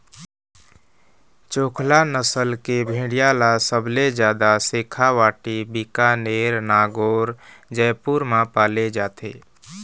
चोकला नसल के भेड़िया ल सबले जादा सेखावाटी, बीकानेर, नागौर, जयपुर म पाले जाथे